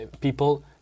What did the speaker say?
people